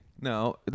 No